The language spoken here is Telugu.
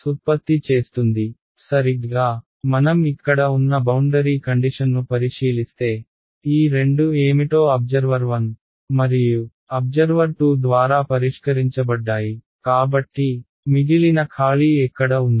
సరిగ్గా మనం ఇక్కడ ఉన్న బౌండరీ కండిషన్ను పరిశీలిస్తే ఈ రెండు ఏమిటో అబ్జర్వర్ 1 మరియు అబ్జర్వర్ 2 ద్వారా పరిష్కరించబడ్డాయి కాబట్టి మిగిలిన ఖాళీ ఎక్కడ ఉంది